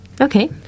Okay